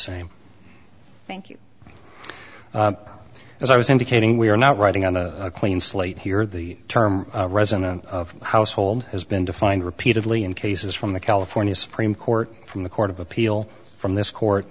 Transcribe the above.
same thank you as i was indicating we are not writing on a clean slate here the term resident of household has been defined repeatedly in cases from the california supreme court from the court of appeal from this court